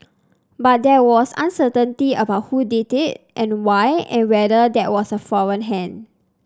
but there was uncertainty about who did it and why and whether that was a foreign hand